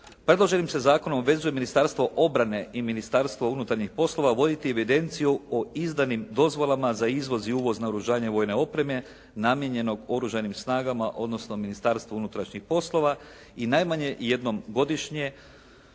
predloženim se zakonom obvezuje Ministarstvo obrane i Ministarstvo unutarnjih poslova voditi evidenciju o izdanim dozvolama za izvoz i uvoz naoružanja i vojne opreme namijenjeno oružanim snagama, odnosno Ministarstvu unutrašnjih poslova i najmanje jednom godišnje